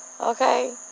Okay